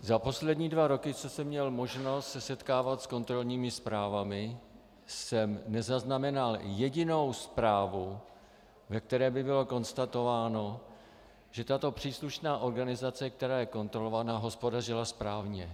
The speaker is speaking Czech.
Za poslední dva roky, co jsem měl možnost se setkávat s kontrolními zprávami, jsem nezaznamenal jedinou zprávu, ve které by bylo konstatováno, že tato příslušná organizace, která je kontrolovaná, hospodařila správně.